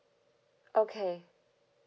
okay